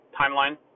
timeline